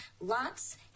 Lots